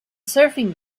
surfing